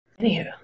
Anywho